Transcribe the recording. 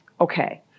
okay